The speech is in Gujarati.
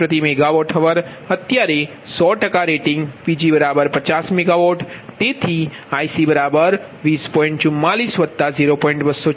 અત્યારે 100 રેટિંગ Pg50MWતેથી IC 20